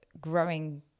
growing